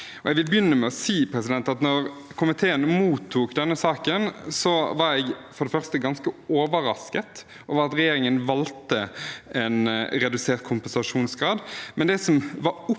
Jeg vil begynne med å si at da komiteen mottok sakene, var jeg for det første ganske overrasket over at regjeringen valgte en redusert kompensasjonsgrad,